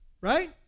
right